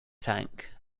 tank